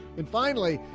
and finally,